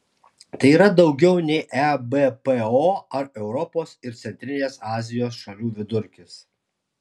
tai yra daugiau nei ebpo ar europos ir centrinės azijos šalių vidurkis